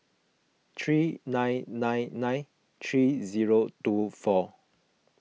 three nine nine nine three zero two four